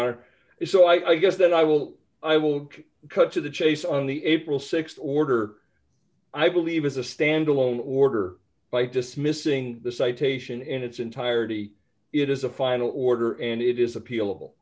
honor so i guess that i will i will cut to the chase on the april th order i believe is a stand alone order by dismissing the citation in its entirety it is a final order and it is appeal